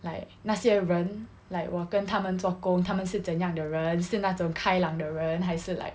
like 那些人 like 我跟他们做工他们是怎样的人是那种开朗的人还是 like